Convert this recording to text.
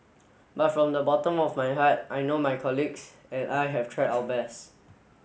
but from the bottom of my heart I know my colleagues and I have tried our best